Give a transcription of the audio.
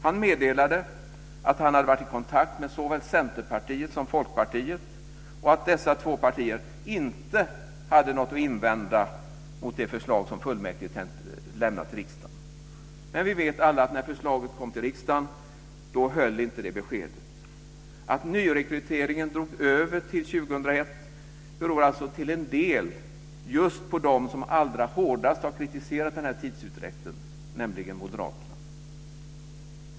Han meddelade att han hade varit i kontakt med såväl Centerpartiet som Folkpartiet och att dessa två partier inte hade något att invända mot det förslag som fullmäktige lämnade till riksdagen. Men vi vet alla att när förslaget kom till riksdagen höll inte det beskedet. Att nyrekryteringen drog över till 2001 beror alltså till en del just på dem som allra hårdast har kritiserat den här tidsutdräkten, nämligen Moderaterna.